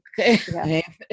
Okay